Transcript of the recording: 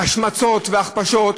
השמצות והכפשות,